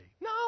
No